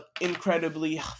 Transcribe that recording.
incredibly